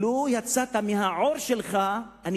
גם אם תצא מהעור שלך,